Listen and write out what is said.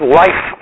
life